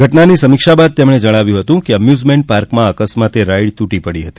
ઘટનાની સમીક્ષા બાદ તેમણે જણાવ્યું હતું કે એમ્યુઝમેન્ટ પાર્કમાં અકસ્માતે રાઈડ તૂટી પડી હતી